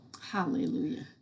Hallelujah